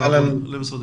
משרד